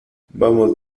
vamos